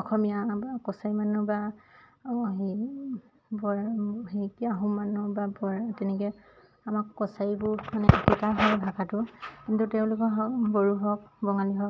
অসমীয়া বা কছাৰী মানুহ আহোম মানুহ বৰা তেনেকে আমাক কছাৰীবোৰ মানে হয় ভাষাটো কিন্তু তেওঁলোকে হওক বড়ো হওক বঙালী হওক